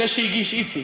זה שהגיש איציק,